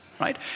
right